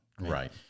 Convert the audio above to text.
Right